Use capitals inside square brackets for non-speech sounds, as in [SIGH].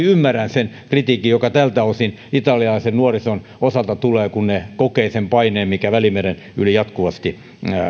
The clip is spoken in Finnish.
[UNINTELLIGIBLE] ymmärrän sen kritiikin joka tältä osin italialaisen nuorison osalta tulee kun he kokevat sen paineen mikä välimeren yli jatkuvasti